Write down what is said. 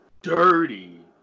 dirty